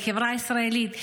לחברה הישראלית.